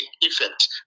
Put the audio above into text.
effect